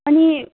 अनि